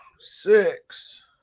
six